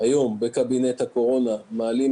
בקבינט הקורונה שיתקיים היום הם יעלו